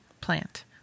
plant